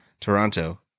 Toronto